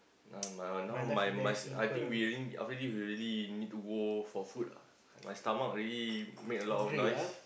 !huh! now my must I think we really after this we really need to go for food ah my stomach already make a lot of noise